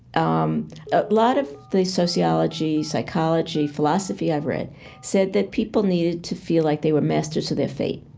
um a lot of the sociology, psychology, philosophy i've read said that people needed to feel like they were masters of their fate.